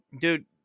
Dude